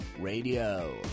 Radio